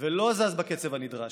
ולא זז בקצב הנדרש.